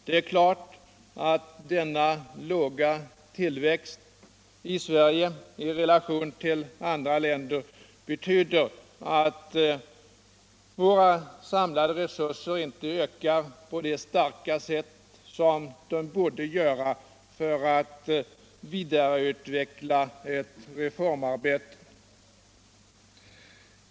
Det är klart att denna låga tillväxt i Sverige i relation ull andra länder betyder att våra samlade resurser inte ökar på det starka sätt som de borde göra för att vidareutveckla ett reformarbete.